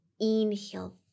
Inhale